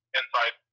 inside